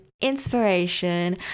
inspiration